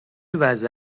وضع